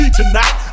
tonight